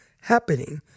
happening